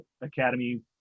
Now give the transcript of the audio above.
academy